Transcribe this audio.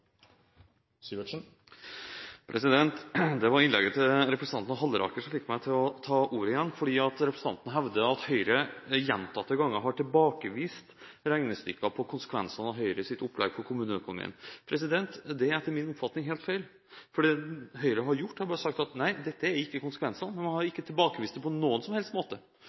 oppbrukt. Det var innlegget til representanten Halleraker som fikk meg til å ta ordet igjen, for representanten hevder at Høyre gjentatte ganger har tilbakevist regnestykker over konsekvensene av Høyres opplegg for kommuneøkonomien. Det er etter min oppfatning helt feil, for det Høyre har gjort, har bare vært å si at nei, dette er ikke konsekvensene. Man har ikke tilbakevist det på noen som helst måte.